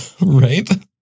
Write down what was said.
Right